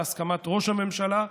בהסכמת ראש הממשלה,